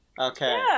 okay